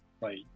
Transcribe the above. Right